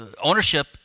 Ownership